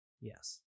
Yes